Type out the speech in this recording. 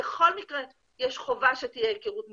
בכל מקרה יש חובה שתהיה היכרות מוקדמת,